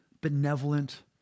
benevolent